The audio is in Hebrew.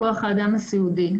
כוח האדם הסיעודי.